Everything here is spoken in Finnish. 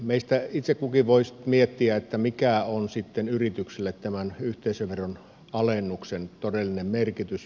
meistä itse kukin voisi miettiä mikä on sitten yrityksille tämän yhteisöveron alennuksen todellinen merkitys